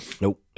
Nope